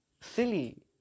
silly